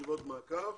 ישיבת מעקב.